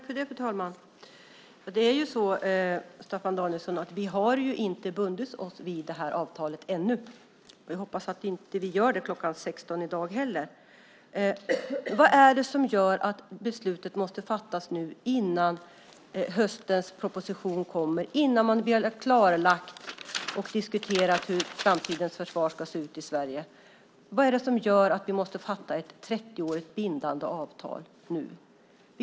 Fru talman! Vi har inte bundit oss vid det här avtalet ännu, Staffan Danielsson. Jag hoppas att vi inte gör det kl. 16 i dag heller. Vad är det som gör att beslutet måste fattas nu innan höstens proposition kommer, innan man har klarlagt och diskuterat hur framtidens försvar ska se ut i Sverige? Vad är det som gör att vi måste fatta ett 30-årigt bindande avtal nu?